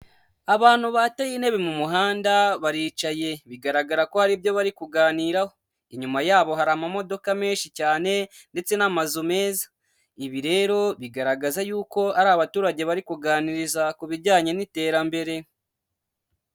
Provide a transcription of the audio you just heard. Abantu bateye intebe mu muhanda baricaye, bigaragara ko hari ibyo bari kuganiraho, inyuma yabo hari amamodoka menshi cyane ndetse n'amazu meza, ibi rero bigaragaza yuko ari abaturage bari kuganiriza ku bijyanye n'iterambere.